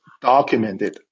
documented